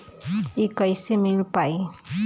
इ कईसे मिल पाई?